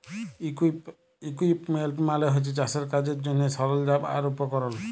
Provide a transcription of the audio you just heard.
equipment মালে হছে চাষের কাজের জ্যনহে সরল্জাম আর উপকরল